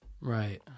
Right